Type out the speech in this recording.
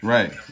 Right